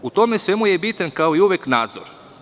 U tome svemu je bitan, kao i uvek nadzor.